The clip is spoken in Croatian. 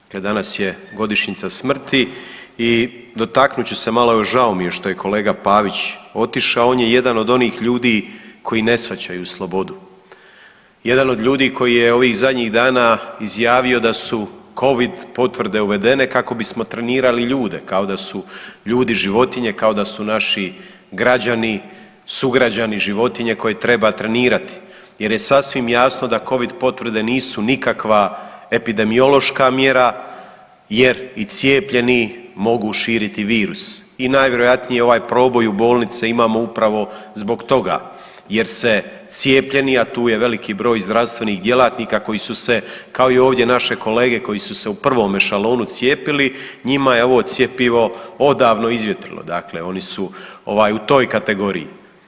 Dakle, danas je godišnjica smrti i dotaknut ću se malo, evo žao mi što je kolega Pavić otišao, on je jedan od onih ljudi koji ne shvaćaju slobodu, jedan od ljudi koji je ovih zadnjih dana izjavio da su covid potvrde uvedene kako bismo trenirali ljude, kao da su ljudi životinje, kao da su naši građani, sugrađani životinje koje treba trenirati jer je sasvim jasno da covid potvrde nisu nikakva epidemiološka mjera jer i cijepljeni mogu širiti virus i najvjerojatnije ovaj proboj u bolnice imamo upravo zbog toga jer se cijepljeni, a to je i veliki broj zdravstvenih djelatnika koji su se kao i ovdje naše kolege koji su se u prvome šalonu cijepili, njima je ovo cjepivo odavno izvjetrilo, dakle oni su u toj kategoriji.